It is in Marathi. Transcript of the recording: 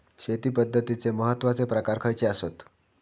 शेती पद्धतीचे महत्वाचे प्रकार खयचे आसत?